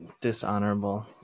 dishonorable